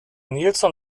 nielson